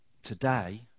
Today